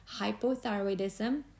hypothyroidism